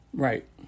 Right